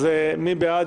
אז מי בעד?